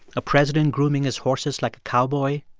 a president grooming his horses like a cowboy.